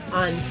on